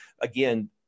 Again